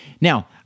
Now